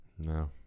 No